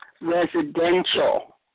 residential